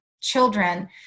children